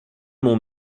mon